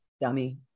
Dummy